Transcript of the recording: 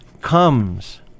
comes